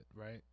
right